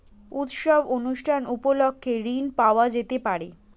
উৎসব অনুষ্ঠান উপলক্ষে ঋণ পাওয়া যেতে পারে?